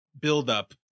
buildup